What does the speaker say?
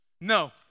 No